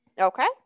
Okay